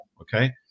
Okay